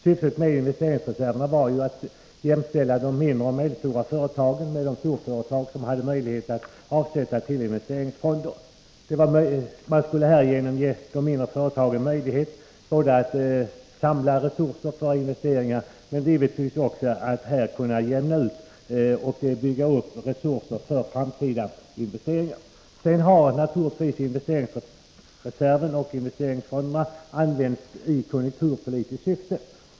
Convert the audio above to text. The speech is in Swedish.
Syftet med investeringsreserverna var ju att jämställa de mindre och medelstora företagen med de storföretag som hade möjlighet att avsätta till investeringsfonder. Man skulle härigenom ge de mindre företagen möjlighet inte bara att skapa resurser för omedelbara investeringar utan givetvis också att bygga upp resurser för framtida investeringar. Investeringsreserverna och investeringsfonderna har naturligtvis också använts i konjunkturpolitiskt syfte.